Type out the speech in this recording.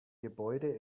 gebäude